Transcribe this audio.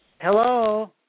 Hello